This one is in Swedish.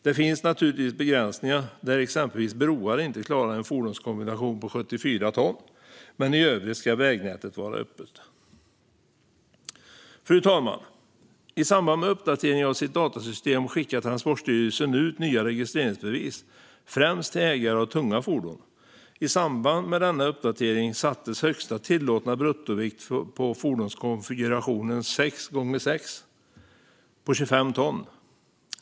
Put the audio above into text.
Det finns naturligtvis begränsningar där exempelvis broar inte klarar en fordonskombination på 74 ton, men i övrigt ska vägnätet vara öppet. Fru talman! I samband med uppdatering av sitt datasystem skickade Transportstyrelsen ut nya registreringsbevis, främst till ägare av tunga fordon. I samband med denna uppdatering sattes högsta tillåtna bruttovikt på fordonkonfigurationen 6 × 6 på 25 ton.